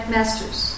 Masters